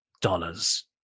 dollars